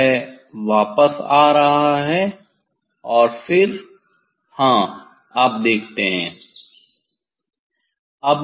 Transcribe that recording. यह वापस आ रहा है और फिर हाँ आप देखते हैं